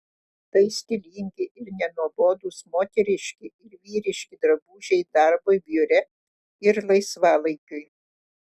tai stilingi ir nenuobodūs moteriški ir vyriški drabužiai darbui biure ir laisvalaikiui